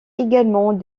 également